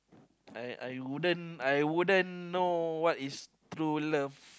I I wouldn't I wouldn't know what is true love